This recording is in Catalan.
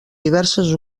diverses